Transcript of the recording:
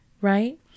right